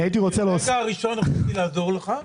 מהרגע הראשון רציתי לעזור לך,